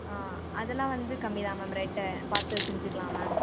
ஆ அதெல்லாம் வந்து கம்மி தான் மேம் ரேட்டை பார்த்து செஞ்சுக்கலாம் மேம்